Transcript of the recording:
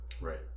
Right